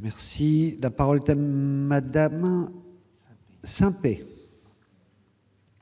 Merci, la parole : thème Madame Saint-Pé.